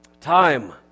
Time